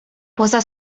poza